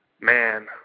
Man